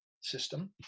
system